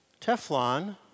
Teflon